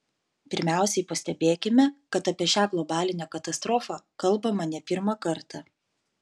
pirmiausiai pastebėkime kad apie šią globalinę katastrofą kalbama ne pirmą kartą